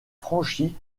franchi